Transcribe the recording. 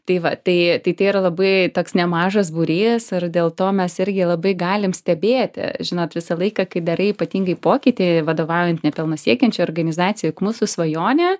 tai va tai tai tai yra labai toks nemažas būrys ir dėl to mes irgi labai galim stebėti žinot visą laiką kai darai ypatingai pokytį vadovaujant nepelno siekiančiai organizacijai mūsų svajonė